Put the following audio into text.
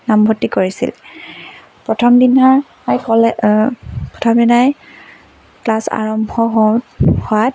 নামভৰ্তি কৰিছিল প্ৰথম দিনা তাই ক'লে প্ৰথম দিনাই ক্লাছ আৰম্ভ হওঁ হোৱাত